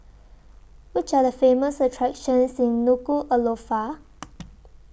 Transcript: Which Are The Famous attractions in Nuku'Alofa